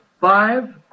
Five